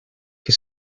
que